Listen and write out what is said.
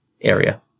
area